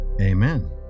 amen